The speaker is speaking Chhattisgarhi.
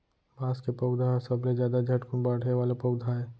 बांस के पउधा ह सबले जादा झटकुन बाड़हे वाला पउधा आय